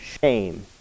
shame